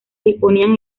disponían